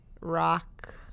rock